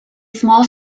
small